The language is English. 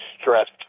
stressed